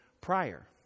prior